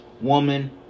woman